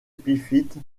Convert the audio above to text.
épiphyte